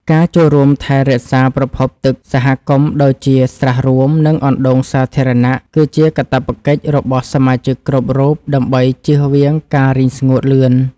ការចូលរួមថែរក្សាប្រភពទឹកសហគមន៍ដូចជាស្រះរួម និងអណ្តូងសាធារណៈគឺជាកាតព្វកិច្ចរបស់សមាជិកគ្រប់រូបដើម្បីជៀសវាងការរីងស្ងួតលឿន។